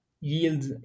yield